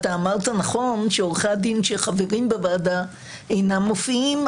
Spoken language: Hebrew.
אמרת נכון שעורכי הדין שחברים בוועדה אינם מופיעים,